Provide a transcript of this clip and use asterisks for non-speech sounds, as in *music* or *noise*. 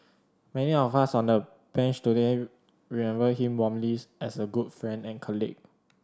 many of us on the Bench today remember him warmly *unintelligible* as a good friend and colleague